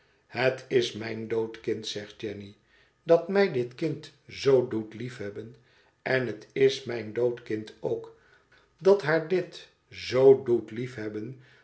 het is mijn dood kind zegt jenny dat mij dit kind zoo doet liefhebben en het is mijn dood kind ook dat haar dit z doet liefhebben